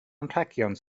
anrhegion